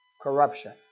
corruption